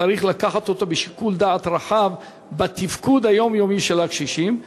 צריך לקחת אותו בשיקול דעת רחב בתפקוד היומיומי של הקשישים.